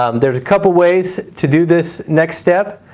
um there's a couple ways to do this next step.